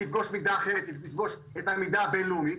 תפגוש מידה אחרת, היא תפגוש את המידה הבינלאומית.